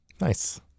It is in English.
Nice